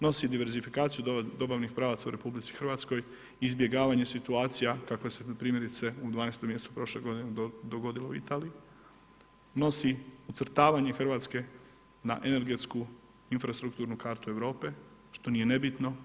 Nosi diverzifikaciju dobavnih pravaca u RH, izbjegavanje situacija kakve su primjerice u 12. mjesecu prošle godine dogodile u Italiji, nosi ucrtavanje Hrvatske na energetsku infrastrukturnu kartu Europe, što nije nebitno.